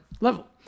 level